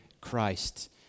Christ